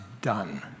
done